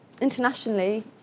internationally